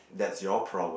that's your problem